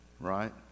right